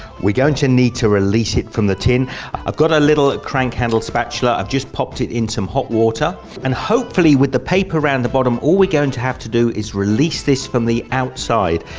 going to need to release it from the tin i've got a little crank handle spatula i've just popped it in some hot water and hopefully with the paper around the bottom all we're going to have to do is release this from the outside,